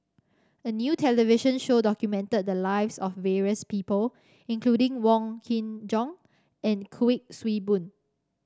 a new television show documented the lives of various people including Wong Kin Jong and Kuik Swee Boon